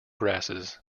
grasses